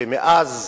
ומאז